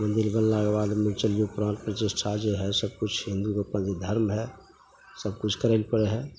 मन्दिर बनला बाद ओहिमे चलिऔ प्राण प्रतिष्ठा जे हइ सबकिछु हिन्दूके अपन जे धर्म हइ सबकिछु करै ले पड़ै हइ